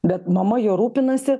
bet mama juo rūpinasi